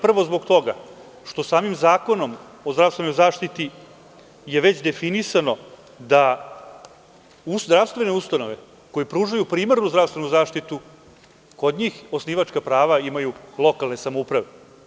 Prvo, zbog toga, što samim Zakonom o zdravstvenoj zaštiti je već definisano da zdravstvene ustanove koje pružaju primarnu zdravstvenu zaštitu, kod njih osnivačka prava imaju lokalne samouprave.